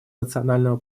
национального